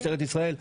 משטרת ישראל.